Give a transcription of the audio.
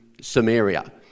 Samaria